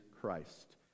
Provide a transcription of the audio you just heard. christ